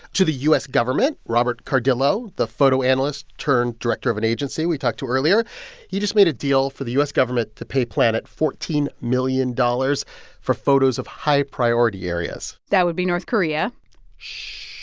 to the u s. government. robert cardillo, the photo-analyst-turned-director of an agency we talked to earlier he just made a deal for the u s. government to pay planet fourteen million dollars for photos of high-priority areas that would be north korea shh.